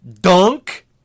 dunk